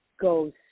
goes